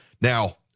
now